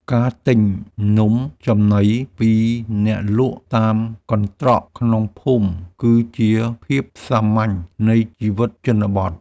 ការទិញនំចំណីពីអ្នកលក់តាមកន្ត្រកក្នុងភូមិ គឺជាភាពសាមញ្ញនៃជីវិតជនបទ។